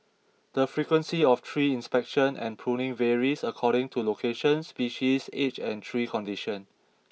the frequency of tree inspection and pruning varies according to location species age and tree condition